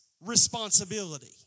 responsibility